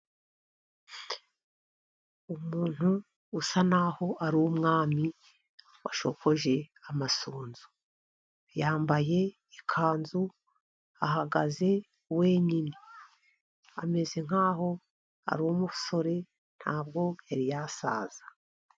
Umuntu usa n'aho ari umwami washokoje amasunzu yambaye ikanzu, ahagaze wenyine, ameze nk'aho ari umusore ntabwo yari yasaza.